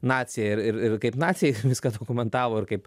nacija ir ir ir kaip naciai viską dokumentavo ir kaip